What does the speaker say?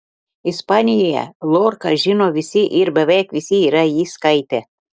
ispanijoje lorką žino visi ir beveik visi yra jį skaitę